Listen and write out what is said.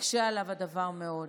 יקשה עליו הדבר מאוד.